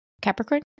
Capricorn